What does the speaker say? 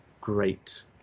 great